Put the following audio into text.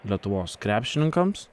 lietuvos krepšininkams